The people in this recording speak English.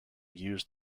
use